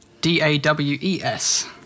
D-A-W-E-S